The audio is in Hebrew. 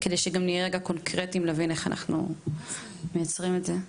כדי שנהיה גם קונקרטיים ונבין איך אנחנו מייצרים את זה.